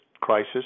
crisis